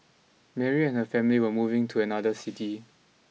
Mary and her family were moving to another city